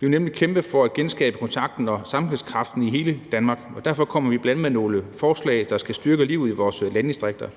Vi vil nemlig kæmpe for at genskabe kontakten og sammenhængskraften i hele Danmark, og derfor kommer vi bl.a. med nogle forslag, der skal styrke livet i vores landdistrikter.